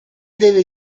deve